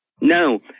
no